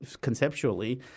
conceptually